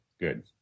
good